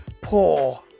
Poor